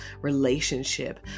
relationship